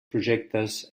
projectes